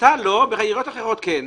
אתה לא, בעיריות אחרות כן.